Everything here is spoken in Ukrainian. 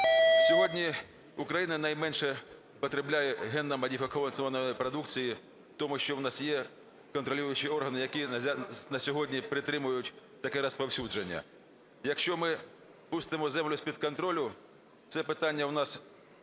Сьогодні Україна найменше потребляє генномодифікованої продукції, тому що в нас є контролюючі органи, які на сьогодні притримують таке розповсюдження. Якщо ми пустимо землю з-під контролю, це питання в нас